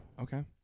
Okay